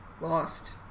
Lost